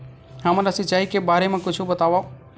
हमन ला सिंचाई के बारे मा कुछु बतावव?